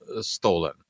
stolen